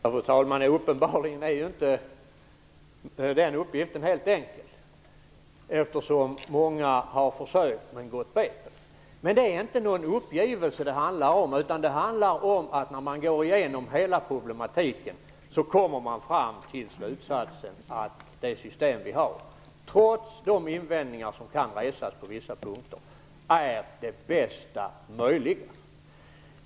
Fru talman! Uppenbarligen är inte den uppgiften enkel. Många har försökt men gått bet. Det handlar inte om någon uppgivelse. Det handlar om att när man går igenom hela problemet kommer man fram till slutsatsen att det system som finns, trots de invändningar som kan resas på vissa punkter, är det bästa möjliga.